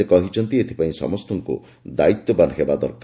ସେ କହିଛନ୍ତି ଏଥପାଇଁ ସମସ୍ତଙ୍କୁ ଦାୟିତ୍ୱବାନ ହେବା ଦରକାର